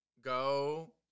Go